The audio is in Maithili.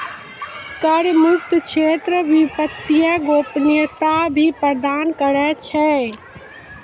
कर मुक्त क्षेत्र वित्तीय गोपनीयता भी प्रदान करै छै